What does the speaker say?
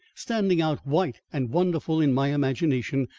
standing out white and wonderful in my imagination,